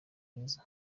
mwiza